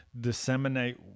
disseminate